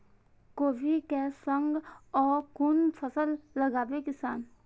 कोबी कै संग और कुन फसल लगावे किसान?